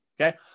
okay